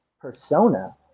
persona